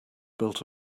built